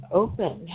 open